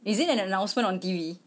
is it an announcement on T_V